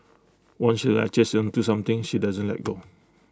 once she latches onto something she doesn't let go